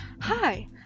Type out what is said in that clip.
Hi